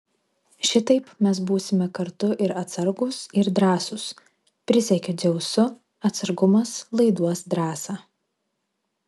šitaip mes būsime kartu ir atsargūs ir drąsūs prisiekiu dzeusu atsargumas laiduos drąsą